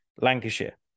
Lancashire